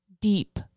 deep